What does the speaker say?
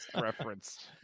reference